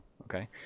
Okay